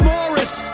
Morris